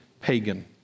pagan